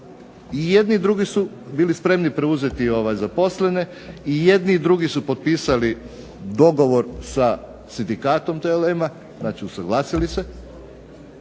I jedan i drugi su bili spremni preuzeti zaposlene i jedni i drugi su potpisali dogovor sa sindikatom TLM-a znači usuglasili se.